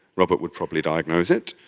robert would probably diagnose it,